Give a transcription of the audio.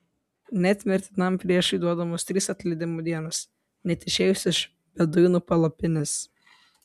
net mirtinam priešui duodamos trys atleidimo dienos net išėjus iš beduinų palapinės